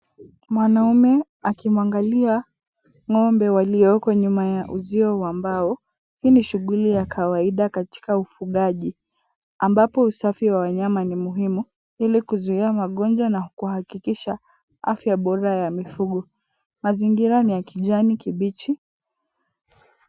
Mwanaume akimwangalia ng'ombe walioko nyuma ya uzio wa mbao, hii ni shughuli ya kawaida katika ufugaji ambapo usafi wa wanyama ni muhimu ili kuzuia magonjwa na kuhakikisha afya bora ya mifugo. Mazingira ni ya kijani kibichi.